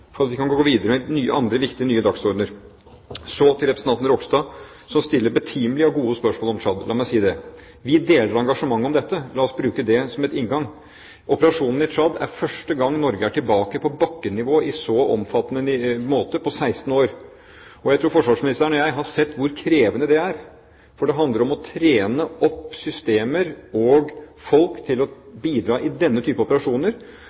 vi kan gå videre med andre viktige dagsordener. Så til representanten Ropstad, som stiller betimelige og gode spørsmål om Tsjad. La meg si det. Vi deler dette engasjementet. La oss bruke det som en inngang. I operasjonen i Tsjad er det første gang på 16 år at Norge er tilbake på bakkenivå på en så omfattende måte. Jeg tror forsvarsministeren og jeg har sett hvor krevende det er, for det handler om å trene opp systemer og folk til å bidra i denne type operasjoner,